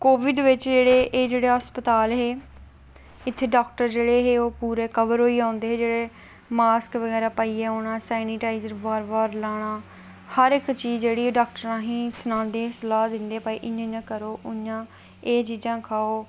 Covid बिच एह् जेह्ड़े अस्पताल हे इत्थै टाक्टर जेह्ड़े हे ओह् पूरे कवर होइयै औंदे हे मास्क बगैरा पाइयै औना सेनेटाईजर बार बार लाना हर इ चीज़ जेह्ड़ी ऐ डाक्टर असेंगी सनांदे सलाह दिंदे की भई इंया इंया करो एह् चीज़ां खाओ